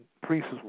priests